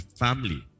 family